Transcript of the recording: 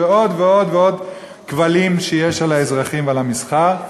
ועוד ועוד ועוד כבלים על האזרחים ועל המסחר.